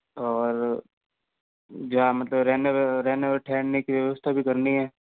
और जहाँ मतलब रहने रहने और ठहरने की व्यवस्था भी करनी है